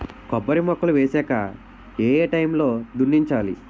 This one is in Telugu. కొబ్బరి మొక్కలు వేసాక ఏ ఏ టైమ్ లో దున్నించాలి?